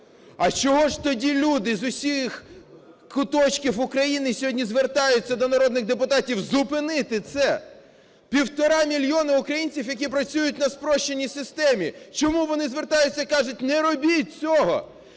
А чого ж тоді люди з усіх куточків України сьогодні звертаються до народних депутатів зупинити це? Півтора мільйони українців, які працюють на спрощеній системі, чому вони звертаються і кажуть: не робіть цього?